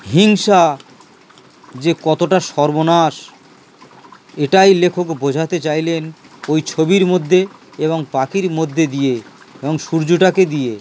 হিংসা যে কতটা সর্বনাশ এটাই লেখক বোঝাতে চাইলেন ওই ছবির মধ্যে এবং পাখির মধ্যে দিয়ে এবং সূর্যটাকে দিয়ে